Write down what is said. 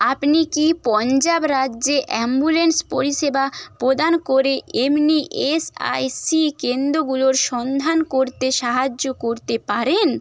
আপনি কি পঞ্জাব রাজ্যে অ্যাম্বুলেন্স পরিষেবা প্রদান করে এমনি এস আই সি কেন্দ্রগুলোর সন্ধান করতে সাহায্য করতে পারেন